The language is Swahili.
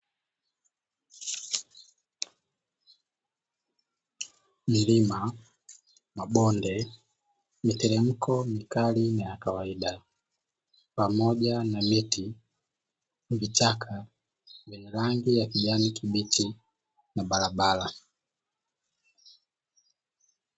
Milima, mabonde, miteremko mikali na ya kawaida pamoja na miti, vichaka vyenye rangi ya kijani kibichi na barabara.